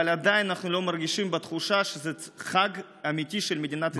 אבל עדיין אנחנו לא מרגישים בתחושה שזה חג אמיתי של מדינת ישראל כולה.